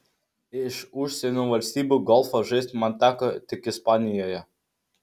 iš užsienio valstybių golfą žaisti man teko tik ispanijoje